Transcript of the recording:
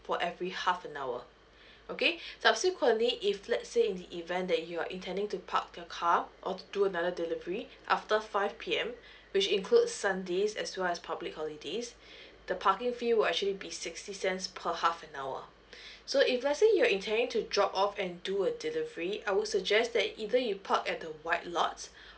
for every half an hour okay subsequently if let say in the event that you're intending to park your car or to do another delivery after five P_M which include sundays as well as public holidays the parking fee will actually be sixty cents per half an hour so if let's say you're intending to drop off and do a delivery I would suggest that either you park at the white lots